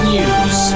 News